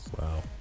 Wow